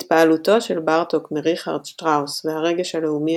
התפעלותו של בארטוק מריכרד שטראוס והרגש הלאומי